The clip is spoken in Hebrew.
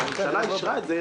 אבל היא אישרה את ההחלטה..